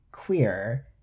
queer